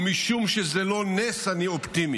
ומשום שזה לא נס, אני אופטימי.